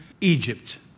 Egypt